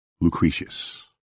lucretius